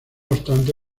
obstante